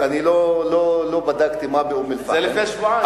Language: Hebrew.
לא בדקתי מה באום-אל-פחם,